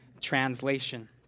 Translation